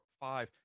five